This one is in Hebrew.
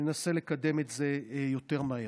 וננסה לקדם את זה יותר מהר.